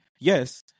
Yes